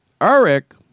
Eric